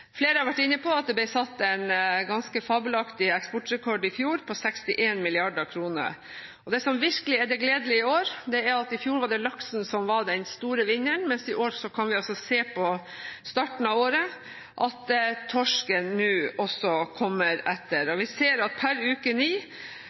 Flere har vært inne på at det ble satt en ganske fabelaktig eksportrekord i fjor, på 61 mrd. kr. Det som virkelig er det gledelige i år, er at mens det i fjor var laksen som var den store vinneren, kan vi i år, ved starten av året, se at torsken nå kommer etter.